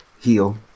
heal